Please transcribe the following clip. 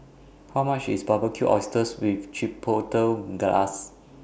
How much IS Barbecued Oysters with Chipotle Glaze